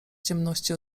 ciemności